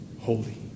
holy